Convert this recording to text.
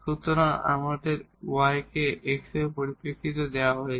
সুতরাং আমাদের y কে x এর পরিপ্রেক্ষিতে দেওয়া হয়েছে